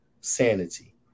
sanity